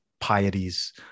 pieties